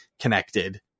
connected